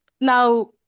Now